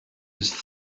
his